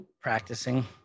practicing